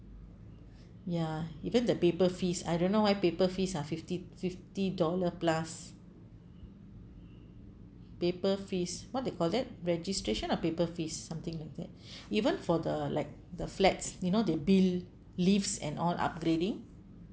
ya even the paper fees I don't know why paper fees are fifty fifty dollar plus paper fees what they call that registration or paper fees something like that even for the like the flats you know they built lifts and all are upgrading